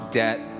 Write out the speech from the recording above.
debt